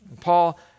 Paul